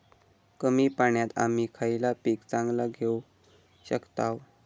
कमी पाण्यात आम्ही खयला पीक चांगला घेव शकताव?